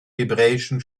hebräischen